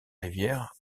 rivière